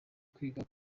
kwiga